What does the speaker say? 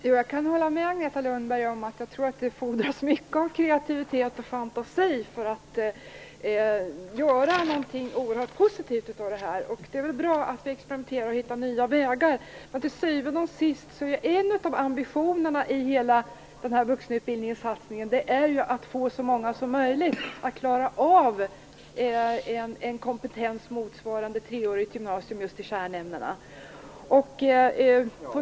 Herr talman! Jag kan hålla med Agneta Lundberg om att det fordras mycket av kreativitet och fantasi för att göra någonting oerhört positivt av det här. Det är väl bra att vi experimenterar och hittar nya vägar. Men till syvende och sist är en av ambitionerna i hela den här satsningen på vuxenutbildning att få så många som möjligt att klara av en kompetens motsvarande treårigt gymnasium just i kärnämnena.